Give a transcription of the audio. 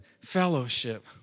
fellowship